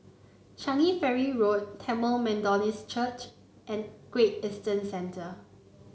Changi Ferry Road Tamil Methodist Church and Great Eastern Centre